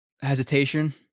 Hesitation